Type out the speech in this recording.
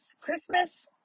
Christmas